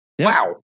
wow